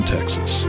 Texas